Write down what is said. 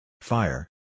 Fire